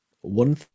one